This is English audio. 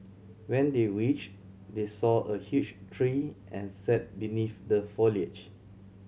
when they reached they saw a huge tree and sat beneath the foliage